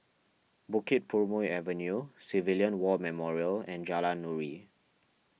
Bukit Purmei Avenue Civilian War Memorial and Jalan Nuri